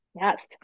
Yes